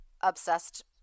obsessed